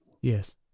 Yes